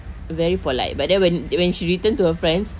very polite but then when when she return to her friends